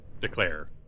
declare